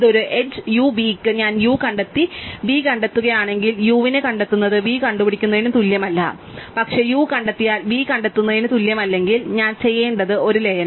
ഒരു എഡ്ജ് യുവിക്ക് ഞാൻ u കണ്ടെത്തി v കണ്ടെത്തുകയാണെങ്കിൽ u നെ കണ്ടെത്തുന്നത് v കണ്ടുപിടിക്കുന്നതിന് തുല്യമല്ല പക്ഷെ u കണ്ടെത്തിയാൽ v കണ്ടെത്തുന്നതിന് തുല്യമല്ലെങ്കിൽ ഞാൻ ചെയ്യേണ്ടതുണ്ട് ഒരു ലയനം